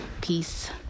peace